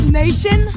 nation